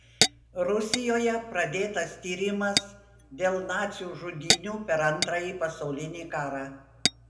rusijoje pradėtas tyrimas dėl nacių žudynių per antrąjį pasaulinį karą